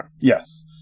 Yes